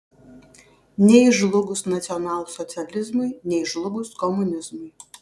nei žlugus nacionalsocializmui nei žlugus komunizmui